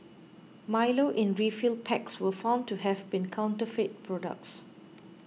Milo in refill packs were found to have been counterfeit products